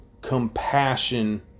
compassion